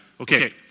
Okay